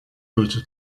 brutal